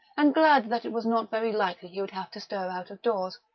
and glad that it was not very likely he would have to stir out of doors,